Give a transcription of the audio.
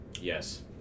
Yes